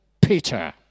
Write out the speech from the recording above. Peter